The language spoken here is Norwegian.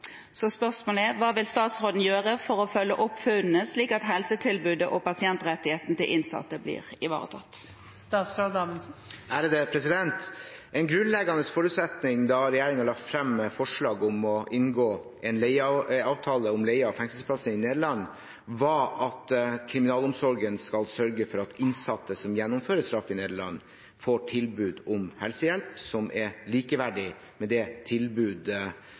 Hva vil statsråden gjøre for å følge opp funnene slik at helsetilbudet og pasientrettighetene til de innsatte blir ivaretatt?» En grunnleggende forutsetning da regjeringen la frem forslag om å inngå en avtale om leie av fengselsplasser i Nederland, var at Kriminalomsorgen skal sørge for at innsatte som gjennomfører straff i Nederland, får tilbud om helsehjelp som er likeverdig med det